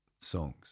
songs